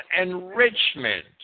enrichment